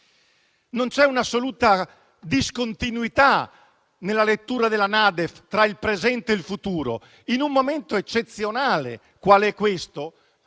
Non c'è un'assoluta discontinuità nella lettura della NADEF tra il presente e il futuro. In un momento eccezionale quale quello